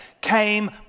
came